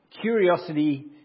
curiosity